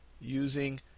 Using